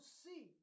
see